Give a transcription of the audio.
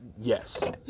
Yes